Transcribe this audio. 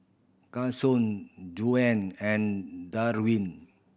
Cason Juwan and Darvin